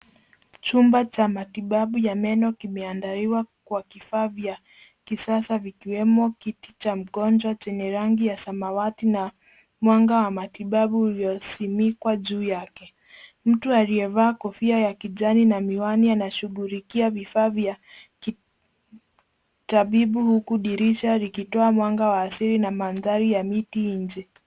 Chumba cha matibabu ya meno kimeandaliwa kwa kifaa vya kisasa vikiwemo kiti cha mngonjwa chenye rangi ya samawati na mwanga wa matibabu uliosimikwa juu yake. Mtu aliyevaa kofia ya kijani na miwani anashughulikia vifaa vya kitabibu huku dirisha likitoa mwanga wa asili na maandari ya miti nje.